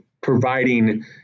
providing